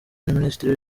minisitiri